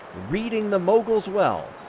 reading the moguls well,